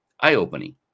eye-opening